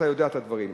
אתה יודע את הדברים.